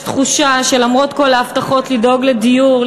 יש תחושה שלמרות כל ההבטחות לדאוג לדיור,